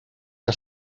que